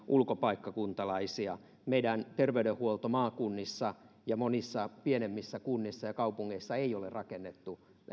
ulkopaikkakuntalaisia meidän terveydenhuoltomme maakunnissa ja monissa pienemmissä kunnissa ja kaupungeissa ei ole rakennettu